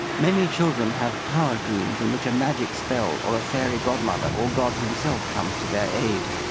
many children have power dreams in which a magic spell or a fairy godmother or god himself comes to their aid.